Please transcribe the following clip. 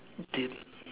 did